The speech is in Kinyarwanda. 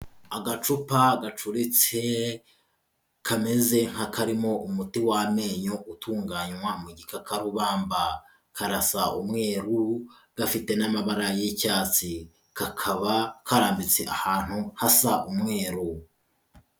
Agacupa gacuritse kameze nk'akarimo umuti w'amenyo, utunganywa mu gikakarubamba ,karasa umweruru, gafite n'amabara y'icyatsi, kakaba karambitse ahantu hasa umweru.